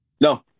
No